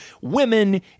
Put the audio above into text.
women